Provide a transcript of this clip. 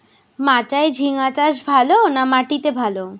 মাচায় ঝিঙ্গা চাষ ভালো না মাটিতে ভালো?